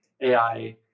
AI